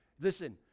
Listen